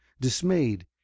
dismayed